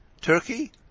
Turkey